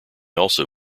also